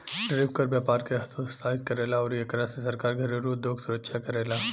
tariff कर व्यपार के हतोत्साहित करेला अउरी एकरा से सरकार घरेलु उधोग सुरक्षा करेला